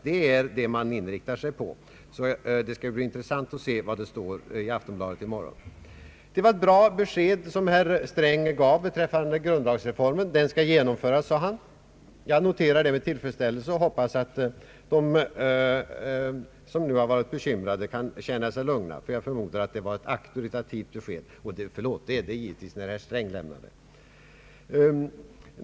Det är det man inriktar sig på. Det var ett bra besked som herr Sträng gav beträffande grundlagsreformen. Den skall genomföras, sade han. Jag noterar detta med tillfredsställelse och hoppas att de som nu har varit bekymrade skall kunna känna sig lugnade. Jag förmodar att det var ett auktoritativt besked, förlåt, det är det givetvis när herr Sträng lämnar det.